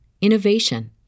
innovation